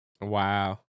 Wow